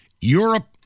Europe